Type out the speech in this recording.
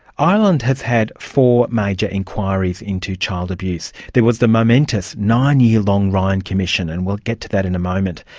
ireland has had four major inquiries into child abuse. there was the momentous nine-year long ryan commission, and we'll get to that in a moment.